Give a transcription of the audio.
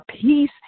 peace